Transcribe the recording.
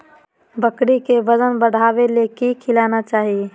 बकरी के वजन बढ़ावे ले की खिलाना चाही?